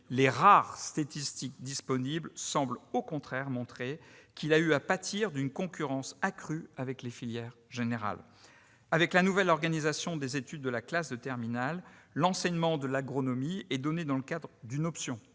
Les rares statistiques disponibles semblent montrer au contraire qu'il a eu à pâtir d'une concurrence accrue avec les filières générales. Avec la nouvelle organisation des études de la classe de terminale, l'enseignement de l'agronomie est assuré dans le cadre d'une option,